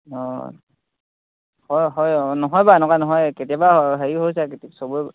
অঁ হয় হয় অঁ নহয় বাৰু এনেকুৱা নহয় কেতিয়াবা হেৰি হৈ যায় চবৰে